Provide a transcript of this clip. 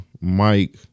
Mike